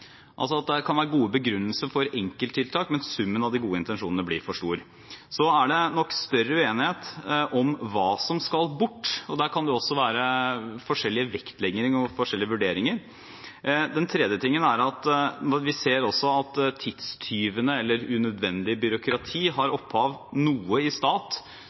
at det altså kan være gode begrunnelser for enkelttiltak, men summen av de gode intensjonene blir for stor. Så er det nok større uenighet om hva som skal bort, og der kan det jo også være forskjellig vektlegging og forskjellige vurderinger. Vi ser også at tidstyvene eller unødvendig byråkrati har opphav noe i stat,